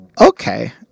Okay